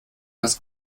das